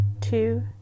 two